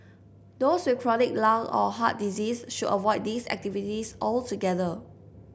those with chronic lung or heart disease should avoid these activities altogether